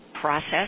process